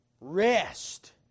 rest